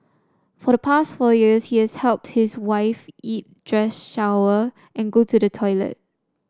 for the past four years he has helped his wife eat dress shower and go to the toilet